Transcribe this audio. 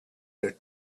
her